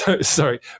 Sorry